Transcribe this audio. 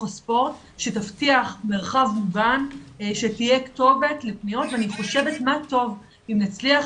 הספורט שתבטיח מרחב מוגן שתהיה כתובת לפניות ואני חושבת מה טוב אם נצליח